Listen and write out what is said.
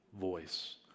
voice